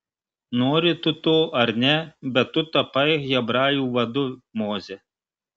nori tu to ar ne bet tu tapai hebrajų vadu moze